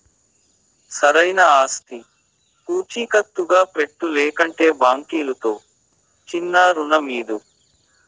సరైన ఆస్తి పూచీకత్తుగా పెట్టు, లేకంటే బాంకీలుతో చిన్నా రుణమీదు